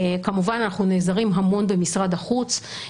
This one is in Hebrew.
כמובן אנחנו נעזרים המון במשרד החוץ.